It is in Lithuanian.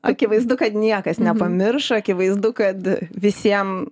akivaizdu kad niekas nepamiršo akivaizdu kad visiem